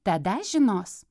tada žinos